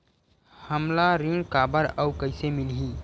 हमला ऋण काबर अउ कइसे मिलही?